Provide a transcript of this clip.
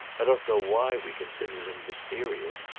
i don't know why we considered him mysterious,